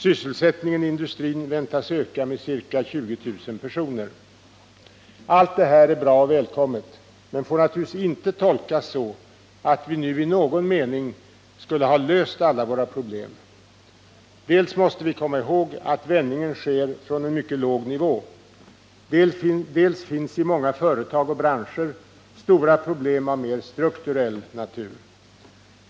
Sysselsättningen i industrin väntas öka med ca 20 000 personer. Allt det här är bra och välkommet men får naturligtvis inte tolkas så att vi nu i någon mening skulle ha löst alla våra problem. Dels måste vi komma ihåg att vändningen sker från en mycket låg nivå, dels finns i många företag och branscher stora problem av mer strukturell natur.